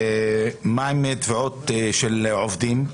זה באמת התאמה שלהן לחוק.